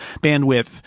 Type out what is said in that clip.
bandwidth